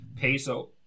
Peso